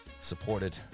supported